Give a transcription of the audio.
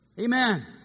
Amen